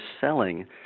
selling